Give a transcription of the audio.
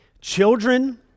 Children